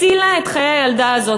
הצילה את חיי הילדה הזאת.